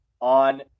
on